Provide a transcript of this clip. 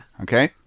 okay